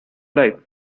life